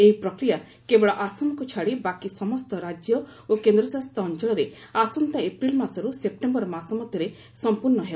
ଏହି ପ୍ରକ୍ରିୟା କେବଳ ଆସାମକୁ ଛାଡ଼ି ବାକି ସମସ୍ତ ରାଜ୍ୟ ଓ କେନ୍ଦ୍ରଶାସିତ ଅଞ୍ଚଳରେ ଆସନ୍ତା ଏପ୍ରିଲ୍ ମାସରୁ ସେପ୍ଟେମ୍ବର ମାସ ମଧ୍ୟରେ ସମ୍ପର୍ଶ୍ଣ ହେବ